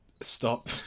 stop